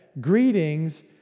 Greetings